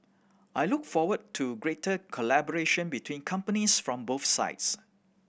I look forward to greater collaboration between companies from both sides